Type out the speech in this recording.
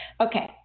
okay